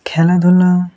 খেলাধুলা